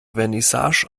vernissage